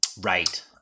Right